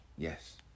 Yes